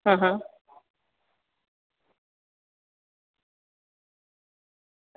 હં હં